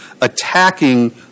attacking